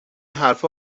حرفها